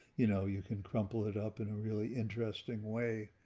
you know, you can crumple it up in a really interesting way